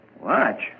Watch